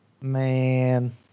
Man